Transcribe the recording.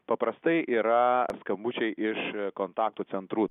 paprastai yra skambučiai iš kontaktų centrų